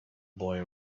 boy